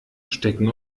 stecken